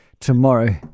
tomorrow